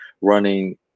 running